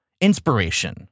inspiration